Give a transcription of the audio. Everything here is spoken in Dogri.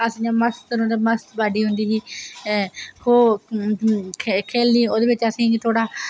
अस इं'या मस्त रौहंदे मस्त बॉडी रौहंदी ही खो खेल्लनी ओह्दे बिच असेंगी इं'या थोह्ड़ा